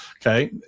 Okay